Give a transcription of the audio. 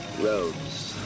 Roads